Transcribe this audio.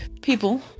people